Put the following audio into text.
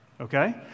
Okay